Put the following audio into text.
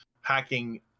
hacking